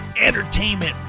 entertainment